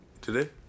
today